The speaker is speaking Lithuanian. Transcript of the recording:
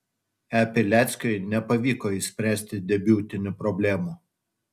e pileckiui nepavyko išspręsti debiutinių problemų